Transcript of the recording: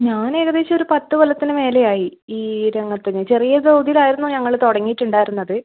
ഞാൻ ഏകദേശമൊരു പത്ത് കൊല്ലത്തിന് മേലേയായി ഈ രംഗത്തുതന്നെ ചെറിയ തോതിലായിരുന്നു ഞങ്ങൾ തുടങ്ങിയിട്ടുണ്ടായിരുന്നത്